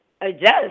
adjust